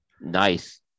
Nice